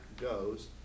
goes